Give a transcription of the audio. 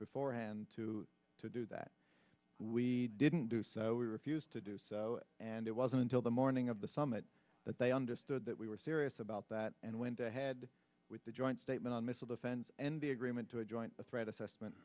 beforehand to to do that we didn't do so we refused to do so and it wasn't until the morning of the summit that they understood that we were serious about that and went ahead with a joint statement on missile defense and the agreement to a joint threat assessment